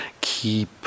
keep